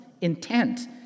intent